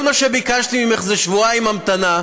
כל מה שביקשתי ממך זה שבועיים המתנה,